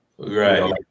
Right